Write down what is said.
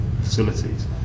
facilities